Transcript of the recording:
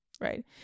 right